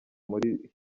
muri